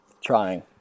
Trying